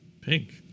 Pink